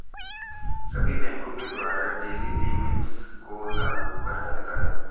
सभी बैंकों के द्वारा डेली लिमिट को लागू कराया जाता है